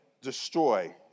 destroy